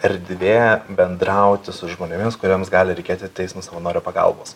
erdvė bendrauti su žmonėmis kuriems gali reikėti teismo savanorių pagalbos